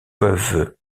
peuvent